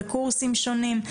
וקורסים שונים.